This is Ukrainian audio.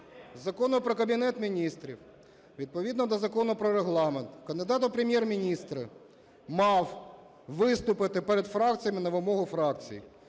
Закону про Кабінет Міністрів, відповідно до Закону про Регламент кандидат у Прем’єр-міністри мав виступити перед фракціями на вимогу фракцій.